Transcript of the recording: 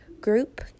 group